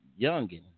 youngin